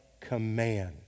command